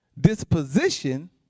disposition